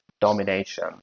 domination